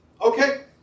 Okay